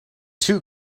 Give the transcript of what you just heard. two